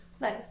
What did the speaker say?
Nice